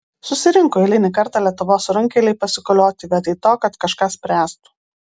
susirinko eilinį kartą lietuvos runkeliai pasikolioti vietoj to kad kažką spręstų